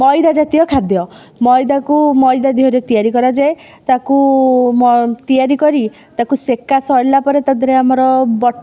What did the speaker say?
ମଇଦା ଜାତୀୟ ଖାଦ୍ୟ ମଇଦାକୁ ମଇଦା ଧିଏରେ ତିଆରି କରାଯାଏ ତାକୁ ତିଆରି କରି ତାକୁ ସେକା ସରିଲା ପରେ ତାଧିଏରେ ଆମର ବ